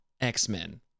X-Men